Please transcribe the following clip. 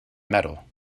metal